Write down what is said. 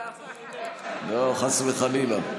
לא, חס וחלילה.